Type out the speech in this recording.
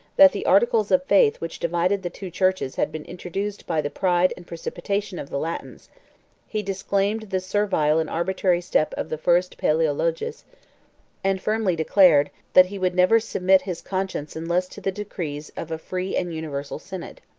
that the articles of faith which divided the two churches had been introduced by the pride and precipitation of the latins he disclaimed the servile and arbitrary steps of the first palaeologus and firmly declared, that he would never submit his conscience unless to the decrees of a free and universal synod.